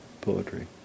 poetry